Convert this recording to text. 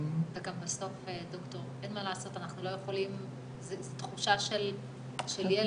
וגם בסוף, ד"ר, אין מה לעשות, זו תחושה של ילד.